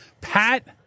Pat